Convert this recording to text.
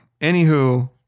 anywho